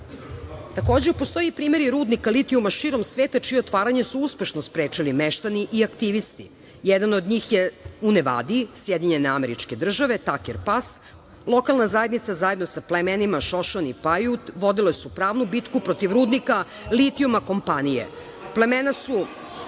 postoje primeri rudnika širom sveta čije otvaranje su uspešno sprečili meštani i aktivisti. Jedan od njih je u Nevadi, SAD, „Taker pas“. Lokalna zajednica zajedno sa plemenima Šošon i Pajut vodile su pravnu bitku protiv rudnika litijuma kompanije. Plemena su